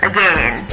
Again